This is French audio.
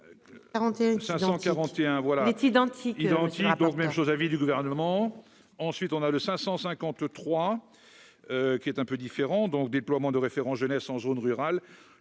41541 voilà est identique, donc, même chose à avis du gouvernement, ensuite on a de 553 qui est un peu différent donc déploiement de référent jeunesse en zone rurale,